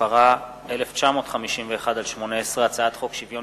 התש”ע 2010,